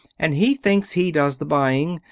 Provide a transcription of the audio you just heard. and he thinks he does the buying,